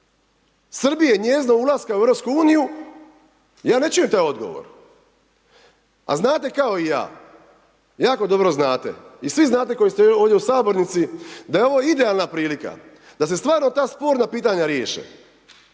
Srbije i njezina ulaska u EU, ja ne čujem taj odgovor. A znate kao i ja, jako dobro znate i svi znate koji ste ovdje u sabornici da je ovo idealna prilika da se stvarno ta sporna pitanja riješe.